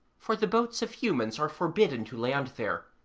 for the boats of humans are forbidden to land there,